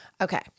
Okay